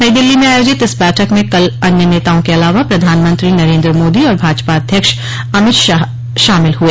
नई दिल्ली में आयोजित इस बैठक में कल अन्य नेताओं के अलावा प्रधानमंत्री नरेन्द्र मोदी और भाजपा अध्यक्ष अमित शाह शामिल हुए